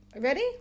ready